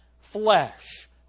flesh